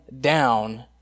down